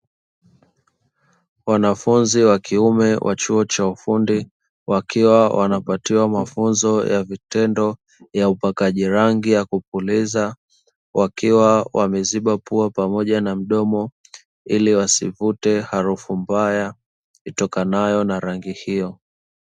Wanafunzi wakiume wa chuo cha ufundi wakiwa wanapatiwa mafunzo ya vitendo ya upakaji rangi ya kupuliza, wakiwa wameziba pua pamoja na mdomo ili wasivute harufu mbaya itokanayo na rangi hiyo.